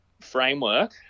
framework